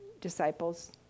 disciples